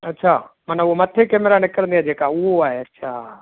अच्छा मन उहो मथे केमेरा निकिरंदी आहे जेका उहो आहे अच्छा